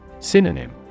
Synonym